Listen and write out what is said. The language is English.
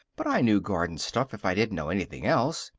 but i knew garden stuff if i didn't know anything else.